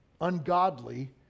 ungodly